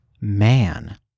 Man